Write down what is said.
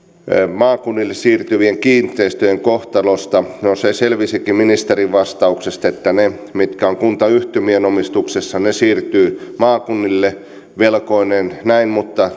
maakunnille siirtyvien kiinteistöjen kohtalosta no se selvisikin ministerin vastauksesta että ne mitkä ovat kuntayhtymien omistuksessa siirtyvät maakunnille velkoineen näin mutta